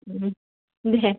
दे